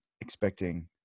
Expecting